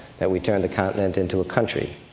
that we turned the continent into a country.